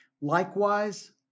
Likewise